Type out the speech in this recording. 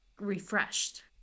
refreshed